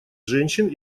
женщин